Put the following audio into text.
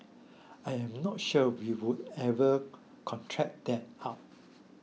I am not sure we would ever contract that out